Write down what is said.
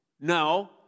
No